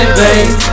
baby